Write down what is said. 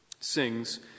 sings